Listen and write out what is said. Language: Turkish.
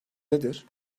nedir